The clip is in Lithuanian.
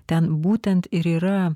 ten būtent ir yra